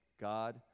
God